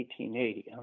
1880